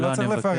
לא צריך לפרט.